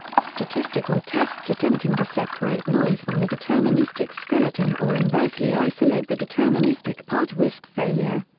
statistical tests attempting to separate noise from the deterministic skeleton or inversely isolate the deterministic part risk failure.